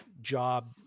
job